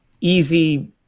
easy